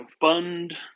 fund